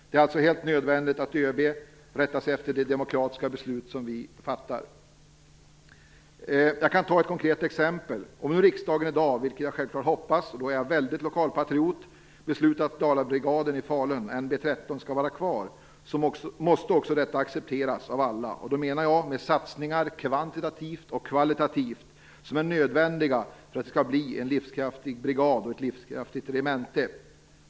Det är alltså helt nödvändigt att ÖB rättar sig efter det demokratiska beslut som vi fattar. Jag kan ta ett konkret exempel. Om nu riksdagen i dag - vilket jag självklart hoppas, och då är jag väldigt mycket en lokalpatriot - beslutar att Dalabrigaden i Falun, NB 13, skall vara kvar, måste också detta accepteras av alla. Och då menar jag de satsningar, kvantitativt och kvalitativt, som är nödvändiga för att det skall bli en livskraftig brigad och ett livskraftigt regemente.